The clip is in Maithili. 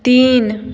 तीन